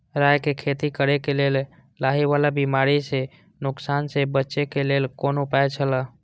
राय के खेती करे के लेल लाहि वाला बिमारी स नुकसान स बचे के लेल कोन उपाय छला?